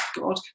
God